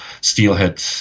steelhead